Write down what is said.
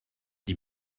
die